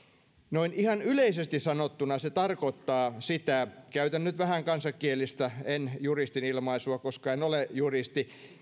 noin ihan yleisesti sanottuna se tarkoittaa käytännössä sitä käytän nyt vähän kansankielistä en juristin ilmaisua koska en ole juristi